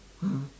mm